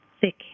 thick